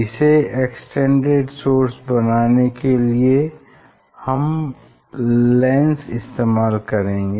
इसे extended source बनाने के लिए हम लेंस इस्तेमाल करेंगे